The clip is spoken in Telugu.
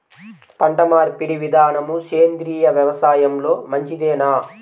పంటమార్పిడి విధానము సేంద్రియ వ్యవసాయంలో మంచిదేనా?